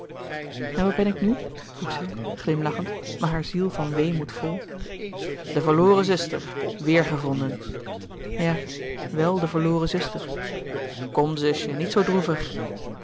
en wat ben ik nu vroeg zij glimlachend maar hare ziel van weemoed vol de verloren zuster weêrgevonden ja wèl de verloren zuster kom zusje niet zoo droevig